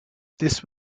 this